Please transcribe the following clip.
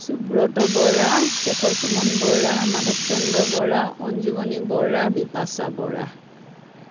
Subrata Bora Shekhar Suman Bora Madhav Chandra Bora Anjumoni Bora Bipasha Bora